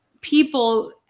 people